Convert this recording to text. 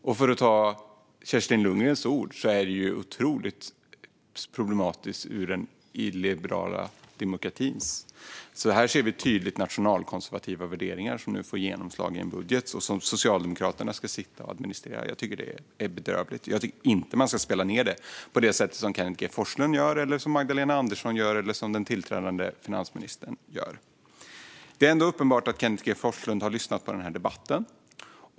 För att använda Kerstin Lundgrens ord är det otroligt problematiskt ur den liberala demokratins perspektiv. Här ser vi tydligt att nationalkonservativa värderingar får genomslag i en budget som Socialdemokraterna ska sitta och administrera. Jag tycker att det är bedrövligt. Jag tycker inte att man ska spela ned det på det sätt som Kenneth G Forslund, Magdalena Andersson eller den tillträdande finansministern gör. Det är ändå uppenbart att Kenneth G Forslund har lyssnat på den här debatten.